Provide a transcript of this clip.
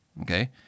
Okay